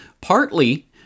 partly